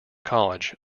college